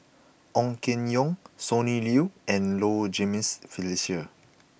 Ong Keng Yong Sonny Liew and Low Jimenez Felicia